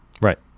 Right